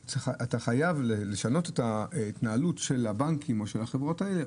חייבים לשנות את ההתנהלות של הבנקים או של החברות האלה,